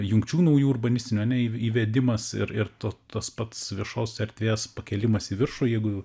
jungčių naujų urbanistinių ane į įvedimas ir ir tu tas pats viešos erdvės pakėlimas į viršų jeigu